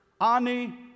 Ani